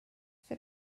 sut